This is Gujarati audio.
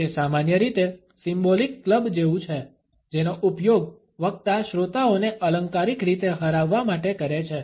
તે સામાન્ય રીતે સિમ્બોલિક ક્લબ જેવું છે જેનો ઉપયોગ વક્તા શ્રોતાઓને અલંકારિક રીતે હરાવવા માટે કરે છે